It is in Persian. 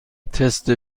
تست